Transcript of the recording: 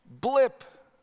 blip